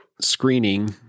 screening